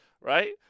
right